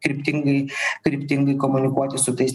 kryptingai kryptingai komunikuoti su tais